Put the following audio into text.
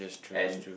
and